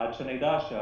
עד שנדע שאחוז